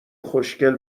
خوشگل